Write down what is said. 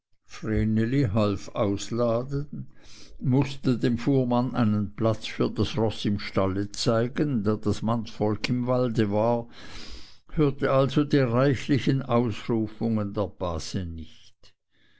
ausladen mußte dem fuhrmann einen platz für das roß im stalle zeigen da das mannsvolk im walde war hörte also die reichlichen ausrufungen der base nicht